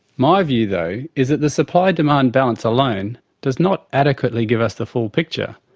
my view though, is that the supply-demand balance alone does not adequately give us the full picture.